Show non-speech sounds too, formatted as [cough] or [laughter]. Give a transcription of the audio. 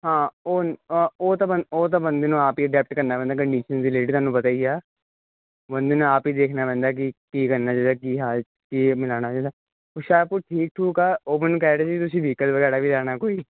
ਹਾਂ ਉਹ ਤਾਂ ਉਹ ਤਾਂ ਉਹ ਤਾਂ ਬੰਦੇ ਨੂੰ ਆਪ ਹੀ ਅਡੈਪਟ ਕਰਨਾ ਪੈਂਦਾ ਕੰਡਿਸ਼ਨਸ [unintelligible] ਤੁਹਾਨੂੰ ਪਤਾ ਹੀ ਆ ਬੰਦੇ ਨੇ ਆਪ ਹੀ ਦੇਖਣਾ ਪੈਂਦਾ ਕਿ ਕੀ ਕਰਨਾ ਚਾਹੀਦਾ ਕੀ [unintelligible] ਹੁਸ਼ਿਆਰਪੁਰ ਠੀਕ ਠੁੱਕ ਆ ਉਹ ਮੈਨੂੰ ਕਹਿ ਰਹਿ ਸੀ ਤੁਸੀਂ ਵੀਕਲ ਵਗੈਰਾ ਵੀ ਲੈਣਾ ਕੋਈ